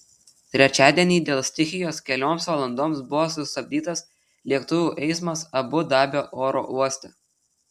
trečiadienį dėl stichijos kelioms valandoms buvo sustabdytas lėktuvų eismas abu dabio oro uoste